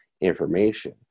information